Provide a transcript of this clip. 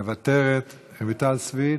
מוותרת, רויטל סויד,